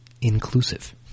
inclusive